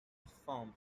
reform